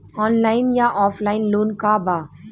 Online या offline loan का बा?